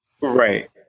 Right